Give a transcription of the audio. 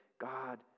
God